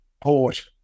Port